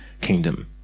kingdom